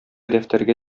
дәфтәргә